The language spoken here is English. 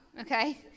okay